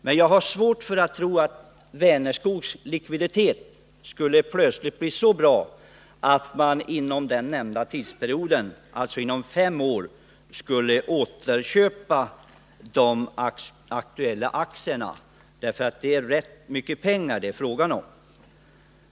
Men jag har svårt att tro att Vänerskogs likviditet plötsligt skulle bli så bra att bolaget inom den nämnda tidsperioden, fem år, skulle kunna återköpa de aktuella aktierna. Det är ändå rätt mycket pengar det är fråga om.